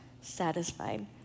satisfied